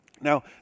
Now